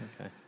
Okay